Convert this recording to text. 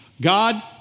God